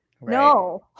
No